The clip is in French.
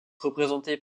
représentées